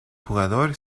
jugador